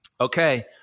Okay